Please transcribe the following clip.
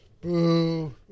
Boo